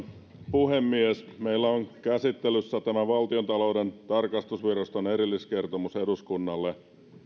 puhemies meillä on käsittelyssä tämä valtiontalouden tarkastusviraston erilliskertomus eduskunnalle